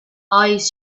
eyes